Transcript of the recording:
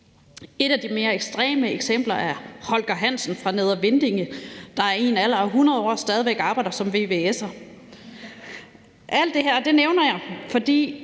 Et af de mere ekstreme eksempler er Holger Hansen fra Neder Vindinge, der i en alder 100 år stadig væk arbejder som VVS'er. Alt det her nævner jeg, fordi